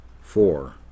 four